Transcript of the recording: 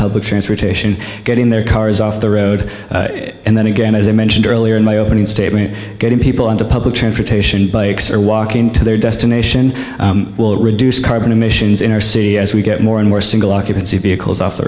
public transportation getting their cars off the road and then again as i mentioned earlier in my opening statement getting people into public transportation bikes or walking to their destination will reduce carbon emissions in our city as we get more and more single occupancy vehicles off the